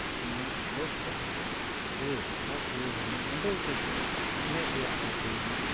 ᱚᱱᱟ ᱨᱳᱜᱽ ᱠᱚᱦᱚᱸ ᱠᱚ ᱨᱩᱣᱟᱹ ᱨᱳᱜᱽ ᱨᱩᱣᱟᱹ ᱦᱚᱲᱢᱚ ᱚᱸᱰᱮ ᱜᱮᱠᱚ ᱠᱚᱭᱚᱜ ᱠᱟᱜ ᱠᱟᱱᱟ ᱢᱮᱸᱫ ᱨᱮᱭᱟᱜ ᱨᱳᱜᱽ ᱦᱩᱭᱱᱟ